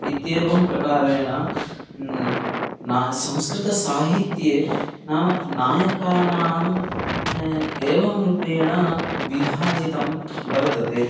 इत्येवं प्रकारेण नाम संस्कृतसाहित्ये नाम नायकानां एवं रुपेण बिहाजितं वर्तते